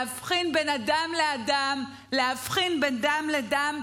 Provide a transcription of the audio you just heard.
להבחין בין אדם לאדם, להבחין בין דם לדם.